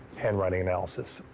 handwriting analysis,